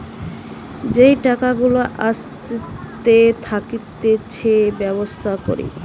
যেই টাকা গুলা আসতে থাকতিছে ব্যবসা করে